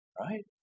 Right